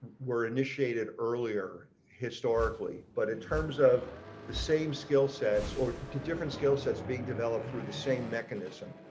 were initiated earlier historically, but in terms of the same skill sets or different skillsets being developed through the same mechanism